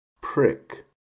prick